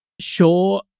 sure